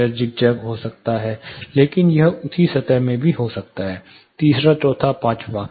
यह ज़िगज़ैग हो सकता है लेकिन यह उसी सतह में भी हो सकता है तीसरा चौथा पांचवां